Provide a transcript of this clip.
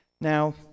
Now